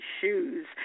shoes